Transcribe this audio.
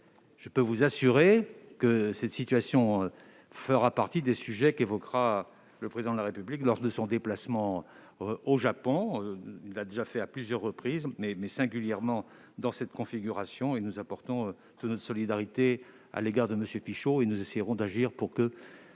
je peux vous assurer que cette situation fera partie des sujets qu'évoquera le Président de la République lors de son déplacement au Japon. Il l'a déjà fait à plusieurs reprises, singulièrement dans cette configuration. Nous exprimons toute notre solidarité à M. Fichot et nous essaierons d'agir pour que